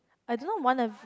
I don't know what if